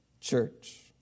church